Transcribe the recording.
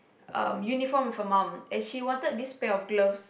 um uniform with her mum and she wanted this pair of gloves